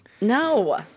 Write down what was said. No